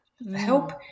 help